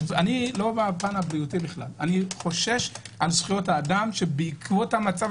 ואני חושש על זכויות האדם שבעקבות המצב